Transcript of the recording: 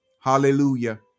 Hallelujah